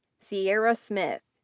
sierra smith.